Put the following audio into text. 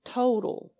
total